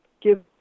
Give